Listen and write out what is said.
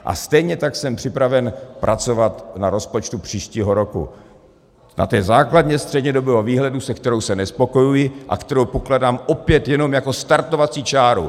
A stejně tak jsem připraven pracovat na rozpočtu příštího roku, na té základně střednědobého výhledu, se kterou se nespokojuji a kterou pokládám opět jenom jako startovací čáru.